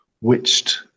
witched